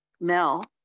Mel